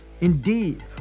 Indeed